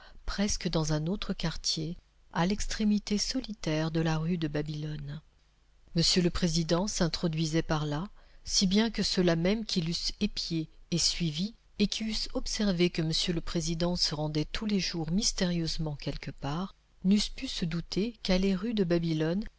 presque dans un autre quartier à l'extrémité solitaire de la rue de babylone m le président s'introduisait par là si bien que ceux-là mêmes qui l'eussent épié et suivi et qui eussent observé que m le président se rendait tous les jours mystérieusement quelque part n'eussent pu se douter qu'aller rue de babylone